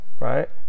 right